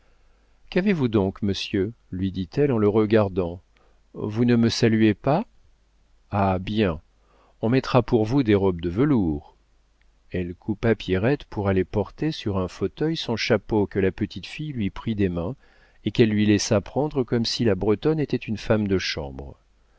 qu'avez-vous donc monsieur lui dit-elle en le regardant vous ne me saluez pas ah bien on mettra pour vous des robes de velours elle coupa pierrette pour aller porter sur un fauteuil son chapeau que la petite fille lui prit des mains et qu'elle lui laissa prendre comme si la bretonne était une femme de chambre